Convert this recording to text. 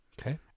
Okay